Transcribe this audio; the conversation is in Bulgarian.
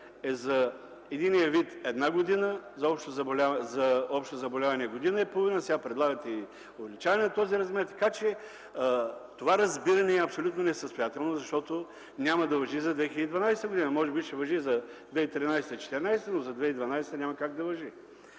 е за единия вид – една година, за общо заболяване – година и половина, сега предлагате и увеличаване на този размер, така че това разбиране е абсолютно несъстоятелно, защото няма да важи за 2012 г., може би ще важи за 2013-2014 г., но за 2012 г. няма как да важи,